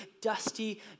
dusty